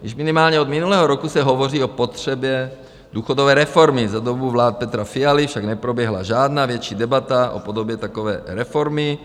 Již minimálně od minulého roku se hovoří o potřebě důchodové reformy, za dobu vlády Petra Fialy však neproběhla žádná větší debata o podobě takové reformy.